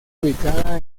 ubicada